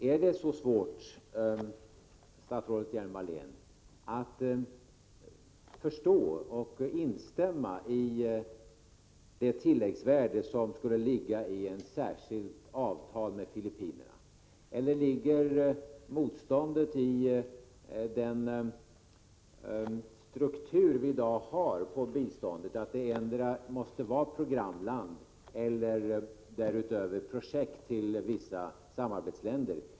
Är det så svårt, statsrådet Hjelm-Wallén, att förstå och instämma i att det ligger ett tilläggsvärde i ett särskilt avtal med Filippinerna? Eller beror motståndet på den struktur som vi i dag har på vårt bistånd, dvs. att det endera måste avse programland eller alternativt projekt i vissa samarbetsländer?